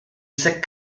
ces